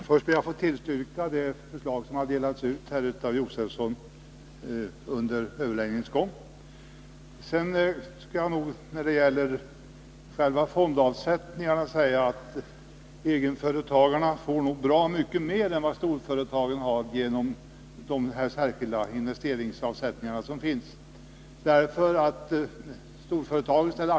Herr talman! Jag ber först att få tillstyrka det förslag av Stig Josefson som under överläggningen har delats ut i kammaren. Den möjlighet till avsättning till en allmän investeringsreserv som egenföretagarna har innebär att de har bra mycket större förmåner än storföretagen har.